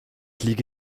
liege